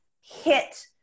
hit